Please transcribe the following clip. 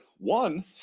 One